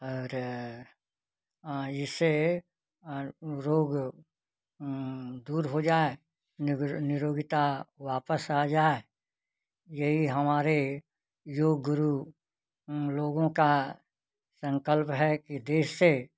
और इससे अर रोग दूर हो जाए निगर निरोगता वापस आ जाए यही हमारे योग गुरु उन लोगों का संकल्प है कि देश से